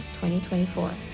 2024